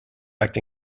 act